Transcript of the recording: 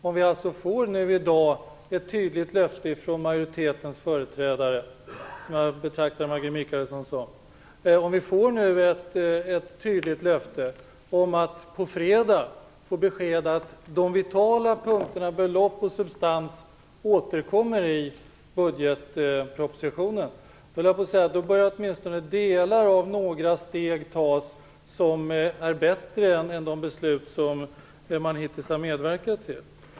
Om vi i dag får ett tydligt löfte från majoritetens företrädare - jag betraktar Maggie Mikaelsson som en sådan - om att på fredag få besked att om de vitala punkterna, belopp och substans, skall man återkomma i budgetpropositionen, då bör åtminstone delar av några steg tas som är bättre än de beslut som man hittills medverkat till.